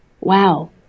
wow